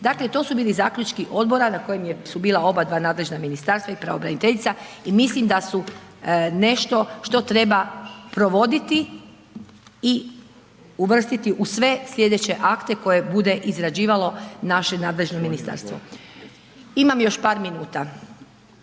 Dakle, to su bili zaključci odbora na kojem su bila oba dva nadležna ministarstva i pravobraniteljica i mislim da su nešto što treba provoditi i uvrstiti u sve sljedeće akte koje bude izrađivalo naše nadležno ministarstvo. Imam još par minuta.